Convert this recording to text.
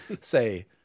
say